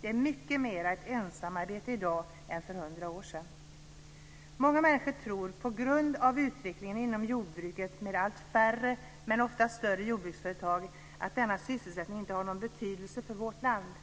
Det är mycket mera ett ensamarbete i dag än för hundra år sedan. Många människor tror, på grund av utvecklingen inom jordbruket med allt färre men ofta större jordbruksföretag, att denna sysselsättning inte har någon betydelse för vårt land.